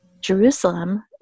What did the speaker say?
Jerusalem